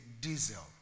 diesel